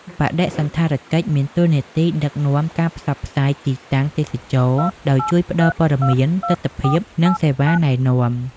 បដិសណ្ឋារកិច្ចមានតួនាទីដឹកនាំការផ្សព្វផ្សាយទីតាំងទេសចរណ៍ ដោយជួយផ្ដល់ព័ត៌មាន ទិដ្ឋភាព និងសេវាណែនាំ។